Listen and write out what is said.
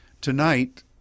Tonight